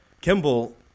Kimball